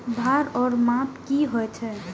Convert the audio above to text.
भार ओर माप की होय छै?